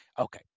Okay